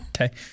Okay